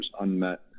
unmet